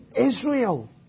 Israel